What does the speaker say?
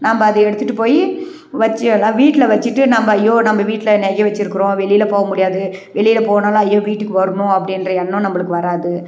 நம்ம அதை எடுத்துகிட்டு போய் வச்சு எல்லாம் வீட்டில் வச்சுட்டு நம்ம ஐயோ நம்ம வீட்டில் நகையை வச்சுருக்குறோம் வெளியில் போக முடியாது வெளியில் போனாலும் ஐயோ வீட்டுக்கு வரணும் அப்படின்ற எண்ணம் நம்மளுக்கு வராது